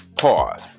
pause